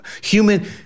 Human